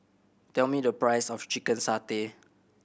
tell me the price of chicken satay